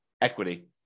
equity